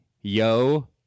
Yo